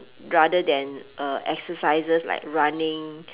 rather than uh exercises like running